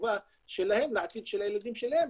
לחובה שלהם לעתיד של הילדים שלהם,